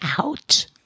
out